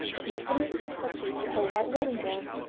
putting finishing touches to her white wedding gown.